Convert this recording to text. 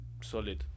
Solid